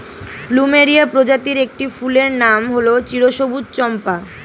plumeria প্রজাতির একটি ফুলের নাম হল চিরসবুজ চম্পা